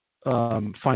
Find